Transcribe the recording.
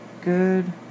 good